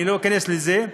אני לא אכנס לזה,